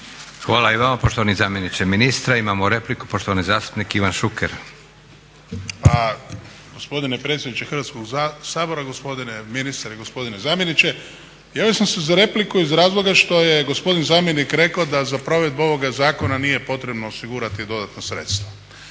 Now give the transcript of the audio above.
Hvala i vama poštovani zamjeniče ministra. Imamo repliku, poštovani zastupnik Ivan Šuker. **Šuker, Ivan (HDZ)** Pa gospodine predsjedniče Hrvatskog sabora, gospodine ministre, gospodine zamjeniče. Javio sam se za repliku iz razloga što je gospodin zamjenik rekao da za provedbu ovoga zakona nije potrebno osigurati dodatna sredstva.